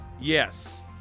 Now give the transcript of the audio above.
Yes